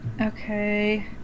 Okay